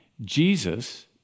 Jesus